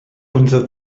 unser